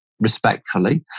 respectfully